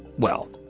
well,